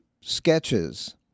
sketches